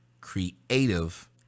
Creative